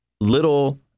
little